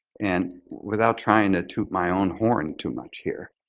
and without trying to toot my own horn too much here,